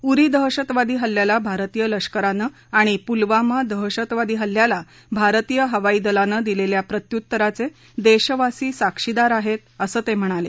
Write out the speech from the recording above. उरी दहशतवादी हल्ल्याला भारतीय लष्कारानं आणि पुलवामा दहशतवादी हल्ल्याला भारतीय हवाई दलानं दिलेल्या प्रत्युतराचे देशवासी साक्षीदार आहेत असं ते म्हणाले